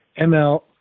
ML